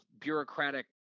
bureaucratic